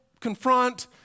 confront